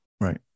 Right